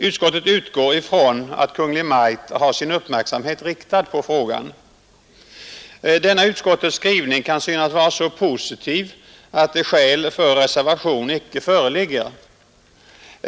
Utskottet utgår från att Kungl. Maj:t har sin uppmärksamhet riktad på frågan. Denna utskottets skrivning kan synas vara så positiv att skäl för reservation icke föreligger.